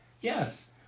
Yes